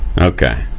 Okay